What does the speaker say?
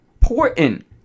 important